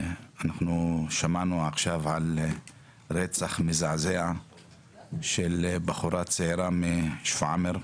שמענו עכשיו על רצח מזעזע של בחורה צעירה משפרעם.